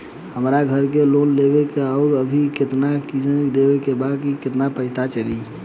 हमरा घर के लोन लेवल बा आउर अभी केतना किश्त देवे के बा कैसे पता चली?